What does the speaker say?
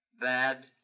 Bad